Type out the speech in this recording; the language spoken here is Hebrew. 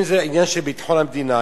אם זה עניין של ביטחון המדינה,